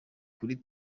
kuri